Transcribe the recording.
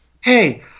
hey